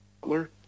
Butler